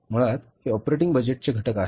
मुळात हे ऑपरेटिंग बजेटचे घटक आहेत